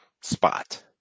spot